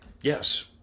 Yes